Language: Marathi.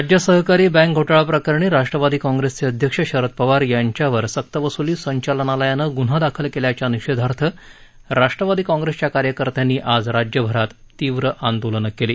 राज्य सहकारी बँक घोटाळाप्रकरणी राष्ट्रवादी काँप्रेसचे अध्यक्ष शरद पवार यांच्यावर सक्त वसुली संचालनालयानं गुन्हा दाखल केल्याच्या निषेधार्थ राष्ट्रवादी काँप्रेसच्या कार्यकर्त्यांनी आज राज्यभरात तीव्र आंदोलनं केली